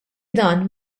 dan